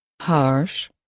Harsh